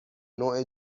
نوع